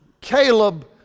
Caleb